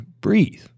breathe